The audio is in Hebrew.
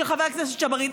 של חבר הכנסת ג'בארין.